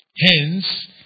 Hence